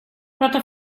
prata